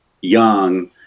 young